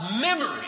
memory